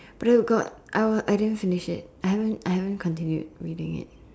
but I will got I will I didn't finish it I haven't I haven't continued reading it